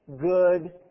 good